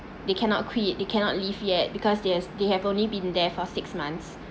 they cannot create they cannot leave yet because they have they have only been there for six months